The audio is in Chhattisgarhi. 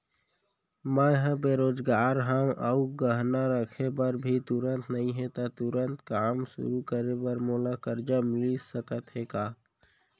मैं ह बेरोजगार हव अऊ गहना रखे बर भी तुरंत नई हे ता तुरंत काम शुरू करे बर मोला करजा मिलिस सकत हे का?